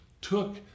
took